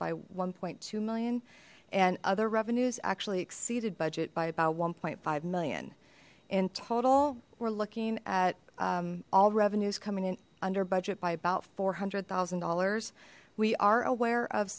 one two million and other revenues actually exceeded budget by about one five million in total we're looking at all revenues coming in under budget by about four hundred thousand dollars we are aware of